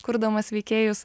kurdamas veikėjus